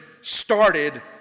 started